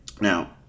Now